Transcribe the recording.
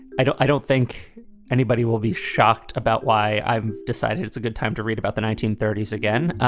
i don't i don't think anybody will be shocked about why i've decided. it's a good time to read about the nineteen thirty s again. ah